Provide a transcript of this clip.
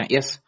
Yes